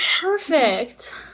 perfect